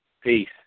Peace